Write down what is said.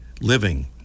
Living